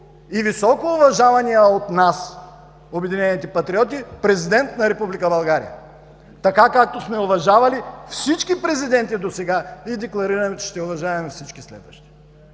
и високо уважавания от нас – „Обединените патриоти“, президент на Република България, така както сме уважавали всички президенти досега и декларираме, че ще уважаваме всички следващи.